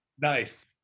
Nice